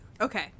Okay